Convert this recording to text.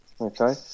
okay